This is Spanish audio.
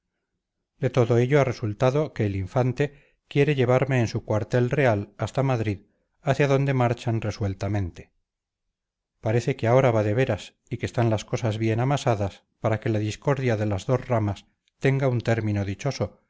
de todo ello ha resultado que el infante quiere llevarme en su cuartel real hasta madrid hacia donde marchan resueltamente parece que ahora va de veras y que están las cosas bien amasadas para que la discordia de las dos ramas tenga un término dichoso